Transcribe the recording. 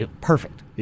perfect